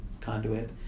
conduit